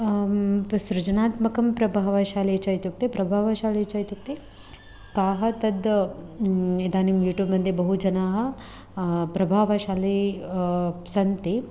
सृजनात्मकं प्रभावशाली च इत्युक्ते प्रभावशाली च इत्युक्ते काः तत् इदानीं यूट्यूब् मध्ये बहु जनाः प्रभावशाली सन्ति